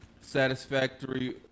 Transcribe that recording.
Satisfactory